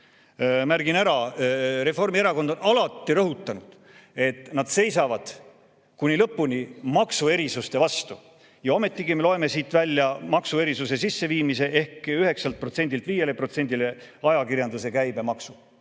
märgin ära, et Reformierakond on alati rõhutanud, et nad seisavad kuni lõpuni maksuerisuste vastu, aga ometi me loeme siit välja maksuerisuse sisseviimise: 9%‑lt 5%‑le ajakirjanduse käibemaksu